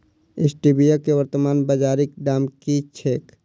Stevia केँ वर्तमान बाजारीक दाम की छैक?